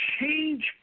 change